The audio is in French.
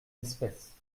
espèce